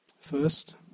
First